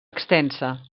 extensa